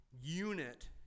unit